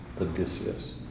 Odysseus